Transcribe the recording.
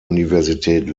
universität